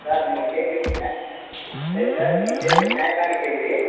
sir நீங்கள் கேட்குறிங்க சரி சார் நீங்கள் கேட்குறது நியாயமான கேள்வி